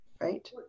Right